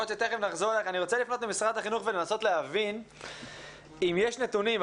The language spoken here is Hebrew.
אני רוצה לפנות למשרד החינוך ולנסות להבין אם יש נתונים.